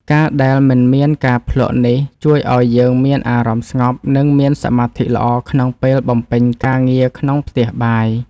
ការដែលមិនមានការភ្លក្សនេះជួយឱ្យយើងមានអារម្មណ៍ស្ងប់ និងមានសមាធិល្អក្នុងពេលបំពេញការងារក្នុងផ្ទះបាយ។